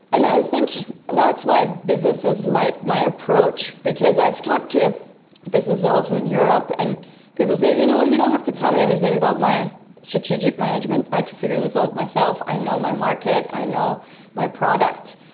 and i think that's why businesses like my approach, because i've talked to businesses also in europe and people say, you know, you don't have to tell me anything about my strategic management, i can figure this out myself, i know my market, i know my product.